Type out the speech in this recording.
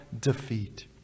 defeat